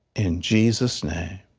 in jesus's name,